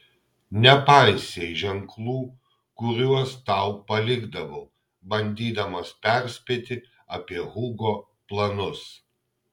nepaisei ženklų kuriuos tau palikdavau bandydamas perspėti apie hugo planus